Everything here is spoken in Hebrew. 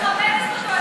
אני מכבדת אותו.